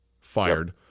fired